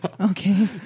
Okay